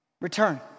Return